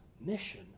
mission